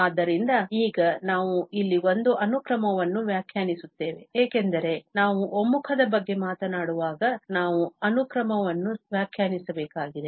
ಆದ್ದರಿಂದ ಈಗ ನಾವು ಇಲ್ಲಿ ಒಂದು ಅನುಕ್ರಮವನ್ನು ವ್ಯಾಖ್ಯಾನಿಸುತ್ತೇವೆ ಏಕೆಂದರೆ ನಾವು ಒಮ್ಮುಖದ ಬಗ್ಗೆ ಮಾತನಾಡುವಾಗ ನಾವು ಅನುಕ್ರಮ ವನ್ನು ವ್ಯಾಖ್ಯಾನಿಸಬೇಕಾಗಿದೆ